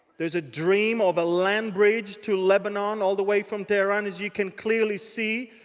there's a dream of a land bridge to lebanon all the way from tehran as you can clearly see.